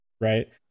right